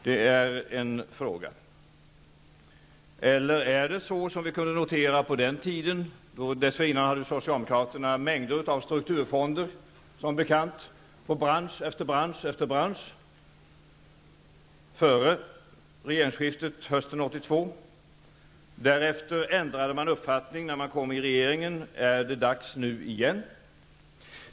Vi kunde notera att socialdemokraterna dessförinnan, före regeringsskiftet 1982, ville ha mängder av strukturfonder i bransch efter bransch. Därefter ändrade man sig, när man kom i regeringsställning. Är det dags nu igen?